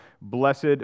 blessed